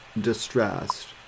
distressed